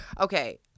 okay